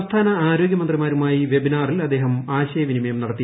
സംസ്ഥാന ആരോഗ്യമന്ത്രി മാരുമായി വെബിനാറിൽ അദ്ദേഹം ആശയവിനിമയം നടത്തി